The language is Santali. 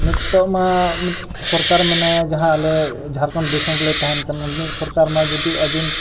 ᱱᱤᱛᱳᱜ ᱢᱟ ᱢᱤᱫᱴᱤᱡ ᱥᱚᱨᱠᱟᱨ ᱢᱮᱱᱟᱭᱟ ᱡᱟᱦᱟᱸ ᱟᱞᱮ ᱡᱷᱟᱲᱠᱷᱚᱸᱰ ᱫᱤᱥᱚᱢ ᱨᱮᱞᱮ ᱛᱟᱦᱮᱱ ᱠᱟᱱᱟ ᱢᱤᱫ ᱥᱚᱨᱠᱟᱨ ᱢᱟ ᱡᱩᱫᱤ ᱟᱹᱵᱤᱱ